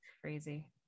Crazy